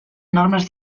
normes